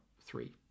three